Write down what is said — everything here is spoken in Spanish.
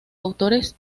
autores